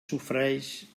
sofreix